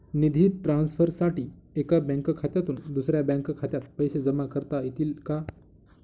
निधी ट्रान्सफरसाठी एका बँक खात्यातून दुसऱ्या बँक खात्यात पैसे जमा करता येतील का?